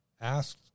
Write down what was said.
asked